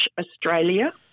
Australia